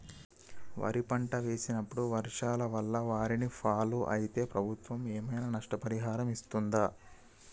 వరి పంట వేసినప్పుడు వర్షాల వల్ల వారిని ఫాలో అయితే ప్రభుత్వం ఏమైనా నష్టపరిహారం ఇస్తదా?